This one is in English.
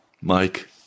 Mike